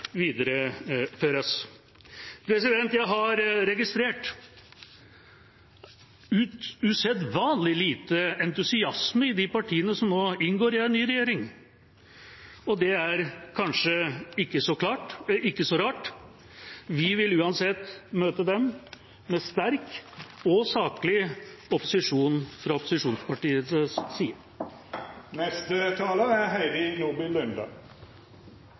videreføres. Jeg har registrert usedvanlig lite entusiasme i de partiene som nå inngår i en ny regjering. Det er kanskje ikke så rart. Vi vil uansett møte dem med sterk og saklig opposisjon fra opposisjonspartienes side.